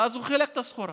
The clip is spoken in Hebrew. ואז הוא חילק את הסחורה,